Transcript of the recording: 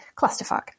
clusterfuck